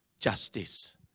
justice